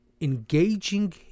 engaging